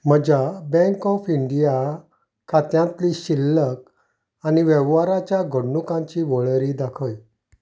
म्हज्या bank of India खात्यांतली शिल्लक आनी वेव्हाराच्या घडणुकांची वळेरी दाखय